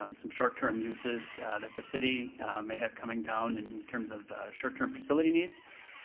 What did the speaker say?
um some short-term uses that the city may have coming down in terms of short-term facility needs.